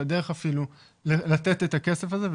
אפילו הדרך לתת את הכסף הזה,